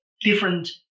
different